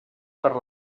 per